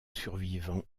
survivants